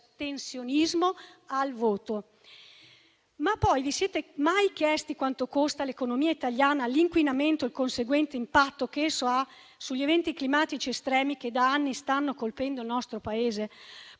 l'astensionismo al voto. Vi siete mai chiesti quanto costa all'economia italiana l'inquinamento e il suo conseguente impatto sugli eventi climatici estremi che da anni stanno colpendo il nostro Paese?